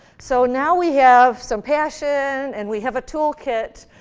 so now we have some passion, and we have a toolkit,